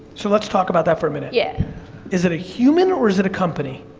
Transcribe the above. so let's talk about that for a minute. yeah is it a human or or is it a company?